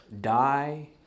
die